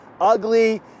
ugly